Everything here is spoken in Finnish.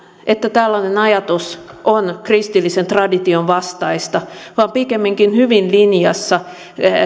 että tällainen ajatus on kristillisen tradition vastaista vaan pikemminkin hyvin linjassa